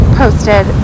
posted